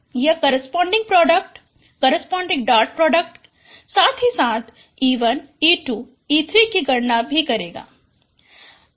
यह corresponding product corresponding dot product corresponding product corresponding dot product साथ ही साथ e1 e2 और e3 की गणना भी होगी